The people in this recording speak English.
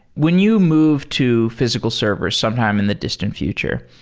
when you moved to physical server sometime in the distant future,